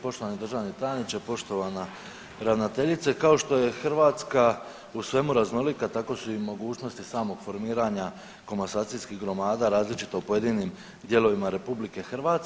Poštovani državni tajniče, poštovana ravnateljice kao što je Hrvatska u svemu raznolika tako su i mogućnosti samog formiranja komasacijskih gromada različite u pojedinim dijelovima RH.